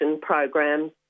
programs